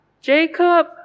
Jacob